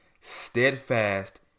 steadfast